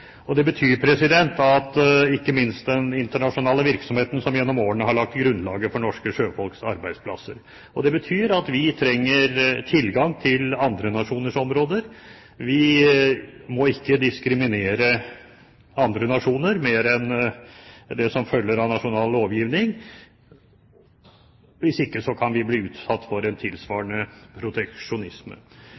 Ikke minst har den internasjonale virksomheten gjennom årene lagt grunnlaget for norske sjøfolks arbeidsplasser. Det betyr at vi trenger tilgang til andre nasjoners områder. Vi må ikke diskriminere andre nasjoner mer enn det som følger av nasjonal lovgivning. I så fall kan vi bli utsatt for en tilsvarende proteksjonisme.